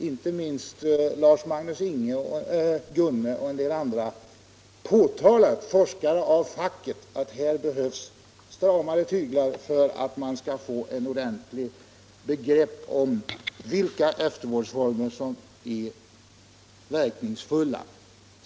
Inte minst Lars-Magnus Gunne och en del andra forskare av facket har påtalat att här behövs stramare tyglar för att man skall få ett ordentligt begrepp om vilka eftervårdsformer som är verkningsfulla.